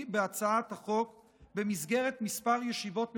בהצעת החוק במסגרת כמה ישיבות ממושכות.